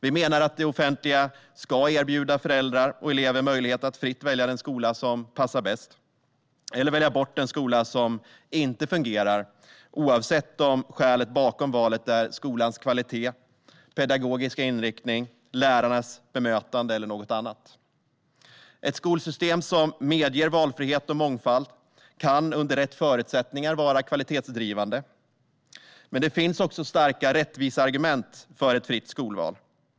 Vi menar att det offentliga ska erbjuda föräldrar och elever möjlighet att fritt välja den skola som passar bäst eller välja bort den skola som inte fungerar, oavsett om skälet är skolans kvalitet, den pedagogiska inriktningen, lärarnas bemötande eller något annat. Ett skolsystem som medger valfrihet och mångfald kan under rätt förutsättningar vara kvalitetsdrivande. Men det finns också starka rättviseargument för ett fritt skolval.